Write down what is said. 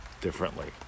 differently